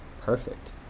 Perfect